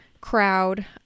Crowd